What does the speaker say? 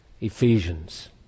Ephesians